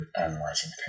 analyzing